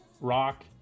rock